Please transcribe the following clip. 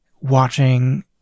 watching